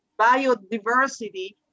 biodiversity